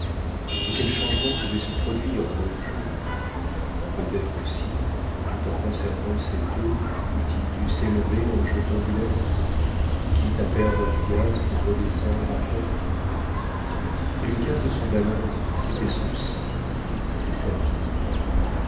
et quels changements pouvaient se produire en neuf jours peut-être aussi tout en conservant cette eau eut-il dû s'élever en jetant du lest quitte à perdre du gaz pour redescendre après mais le gaz de son ballon c'était son sang c'était sa vie